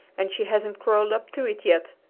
and she hasn't crawled up to it yet!